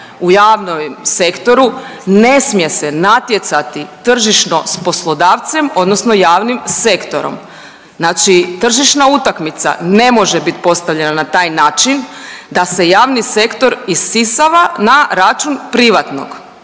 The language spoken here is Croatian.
u javnom sektoru ne smije se natjecati tržišno s poslodavcem odnosno javnim sektorom. Znači tržišna utakmica ne može bit postavljena na taj način da se javni sektor isisava na račun privatnog